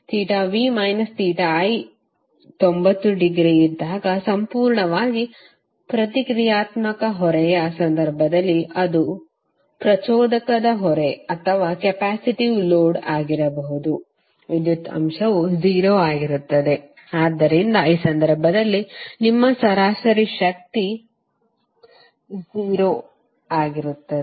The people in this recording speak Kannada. v i90 ಡಿಗ್ರಿ ಇದ್ದಾಗ ಸಂಪೂರ್ಣವಾಗಿ ಪ್ರತಿಕ್ರಿಯಾತ್ಮಕ ಹೊರೆಯ ಸಂದರ್ಭದಲ್ಲಿ ಅದು ಪ್ರಚೋದಕದ ಹೊರೆ ಅಥವಾ ಕೆಪ್ಯಾಸಿಟಿವ್ ಲೋಡ್ ಆಗಿರಬಹುದು ವಿದ್ಯುತ್ ಅಂಶವು 0 ಆಗಿರುತ್ತದೆ